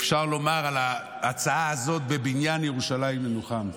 אפשר לומר על ההצעה הזאת "בבניין ירושלים ננוחם",